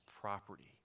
property